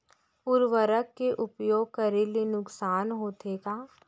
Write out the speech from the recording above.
उर्वरक के उपयोग करे ले नुकसान होथे का?